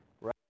right